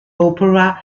opera